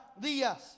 días